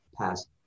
past